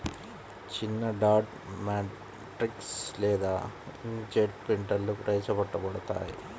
చిన్నడాట్ మ్యాట్రిక్స్ లేదా ఇంక్జెట్ ప్రింటర్లుప్రవేశపెట్టబడ్డాయి